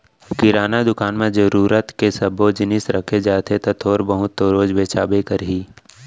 किराना दुकान म जरूरत के सब्बो जिनिस रखे जाथे त थोर बहुत तो रोज बेचाबे करही